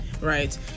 right